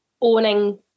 owning